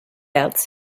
outs